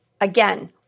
Again